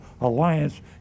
Alliance